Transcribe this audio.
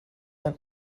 ein